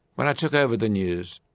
when i took over the news,